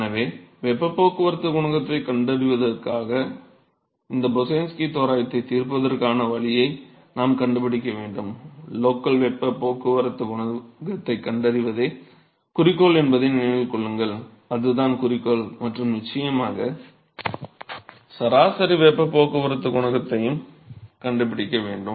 எனவே வெப்பப் போக்குவரத்துக் குணகத்தைக் கண்டறிவதற்காக இந்த பொசைன்ஸ்க்யூ தோராயத்தைத் தீர்ப்பதற்கான வழியை நாம் கண்டுபிடிக்க வேண்டும் லோக்கல் வெப்பப் போக்குவரத்துக் குணகத்தைக் கண்டறிவதே குறிக்கோள் என்பதை நினைவில் கொள்ளுங்கள் அதுதான் குறிக்கோள் மற்றும் நிச்சயமாக சராசரி வெப்பப் போக்குவரத்துக் குணகத்தையும் கண்டுபிடிக்க வேண்டும்